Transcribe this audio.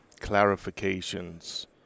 clarifications